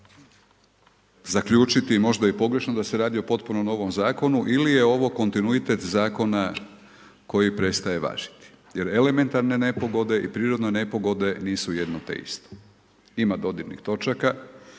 zaključiti možda i pogrešno da se radi o potpuno novom zakonu ili je ovo kontinuitet zakona koji prestaje važiti. Jer elementarne nepogode i prirodne nepogode nisu jedno te isto. Ima dodirnih točaka,